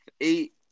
eight